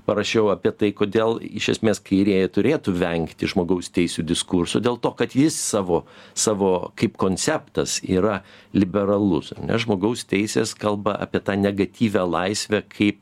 parašiau apie tai kodėl iš esmės kairieji turėtų vengti žmogaus teisių diskurso dėl to kad jis savo savo kaip konceptas yra liberalus nes žmogaus teisės kalba apie tą negatyvią laisvę kaip